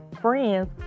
friends